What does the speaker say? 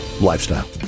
lifestyle